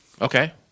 Okay